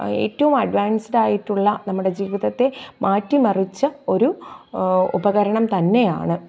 ഏറ്റവും അഡ്വാൻസ്ഡായിട്ടുള്ള നമ്മുടെ ജീവിതത്തെ മാറ്റി മറിച്ച ഒരു ഉപകരണം തന്നെയാണ്